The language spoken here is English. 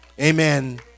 Amen